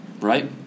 right